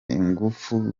ingufu